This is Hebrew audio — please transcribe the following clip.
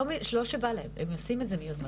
לא כשבא להם, הם עושים את זה מיוזמתם.